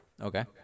Okay